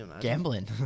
Gambling